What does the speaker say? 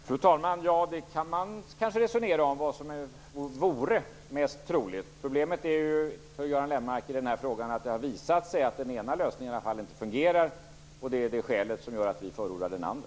Fru talman! Man kan kanske resonera om vad som vore mest troligt. Problemet är, Göran Lönnmarker, att det har visat sig att den ena lösningen inte fungerar. Det är skälet till att vi förordar den andra.